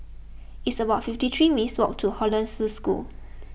it's about fifty three minutes' walk to Hollandse School